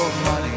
money